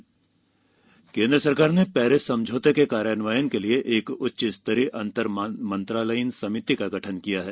केन्द्र पेरिस समझौता केन्द्र सरकार ने पेरिस समझौते के कार्यान्वयन के लिए एक उच्च स्तरीय अंतर मंत्रालयीन समिति का गठन किया है